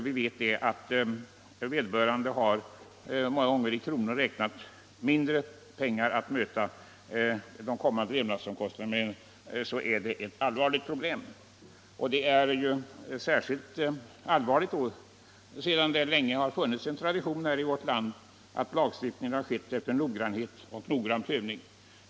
Vi vet att vederbörande egenföretagare många gånger får mycket litet över för att täcka sina levnadsomkostnader sedan skatter och avgifter betalts. Detta är alltså ett allvarligt problem. Problemet är särskilt allvarligt med tanke på att det sedan gammalt i vårt land funnits en tradition att lagstiftningen skett med noggrannhet och efter ingående prövning.